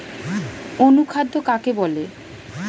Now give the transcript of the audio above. অনুখাদ্য কাকে বলে?